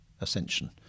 ascension